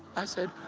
i said,